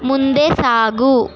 ಮುಂದೆ ಸಾಗು